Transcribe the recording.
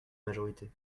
majorité